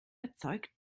erzeugt